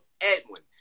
Edwin